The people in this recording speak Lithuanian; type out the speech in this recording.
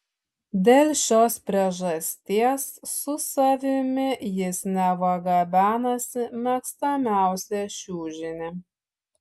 dėl šios priežasties su savimi jis neva gabenasi mėgstamiausią čiužinį